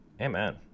Amen